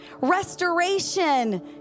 restoration